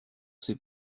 sait